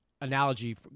analogy